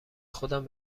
خودم